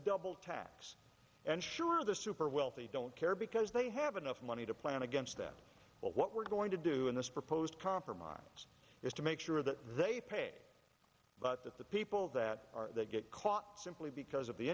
double tax and sure the super wealthy don't care because they have enough money to plan against them but what we're going to do in this proposed compromise is to make sure that they pay but that the people that get caught simply because of the